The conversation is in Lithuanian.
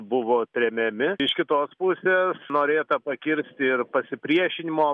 buvo tremiami iš kitos pusės norėta pakirsti ir pasipriešinimo